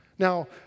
Now